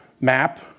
map